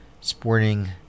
sporting